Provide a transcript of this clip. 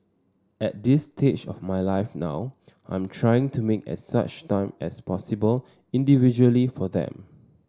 at this stage of my life now I'm trying to make as such time as possible individually for them